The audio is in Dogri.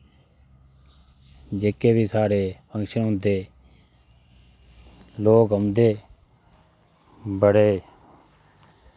जेह्के बी साढ़े फंक्शन लोक औंदे बड़े